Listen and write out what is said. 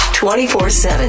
24-7